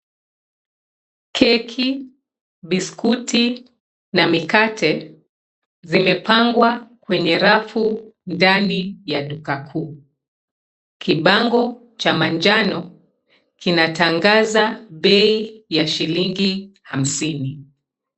Keki, biskuti na mikate zimepangwa kwenye rafu ndani ya duka kuu. Kibango cha manjano kinatangaza bei ya shilingi hamsini.